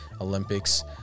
olympics